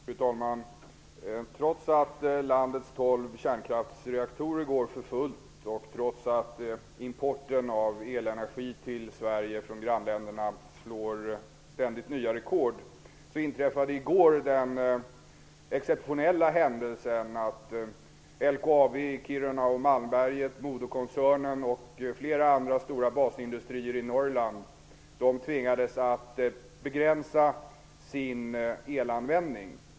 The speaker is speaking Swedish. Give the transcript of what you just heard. Fru talman! Trots att landets tolv kärnkraftsreaktorer går för fullt och trots att importen av elenergi till Sverige från grannländerna ständigt slår nya rekord inträffade i går den exceptionella händelsen att LKAB i Kiruna och Malmberget, Modokoncernen och flera andra basindustrier i Norrland tvingades att begränsa sin elanvändning.